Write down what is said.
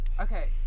Okay